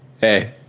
Hey